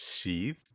sheath